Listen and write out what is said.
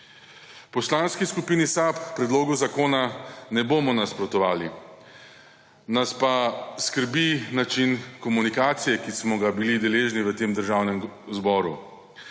Poslanski skupini SAB predlogu zakona ne bomo nasprotovali. Nas pa skrbi način komunikacije, ki smo ga bili deležni v tem Državnem zboru.